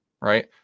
right